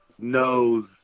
knows